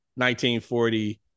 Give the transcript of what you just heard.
1940